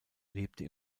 lebte